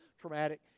traumatic